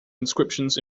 inscriptions